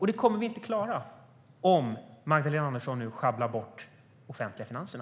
Och det kommer vi inte att klara om Magdalena Andersson nu sjabblar bort de offentliga finanserna.